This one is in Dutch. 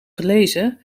gelezen